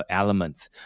elements